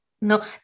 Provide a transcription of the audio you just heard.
No